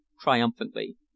triumphantly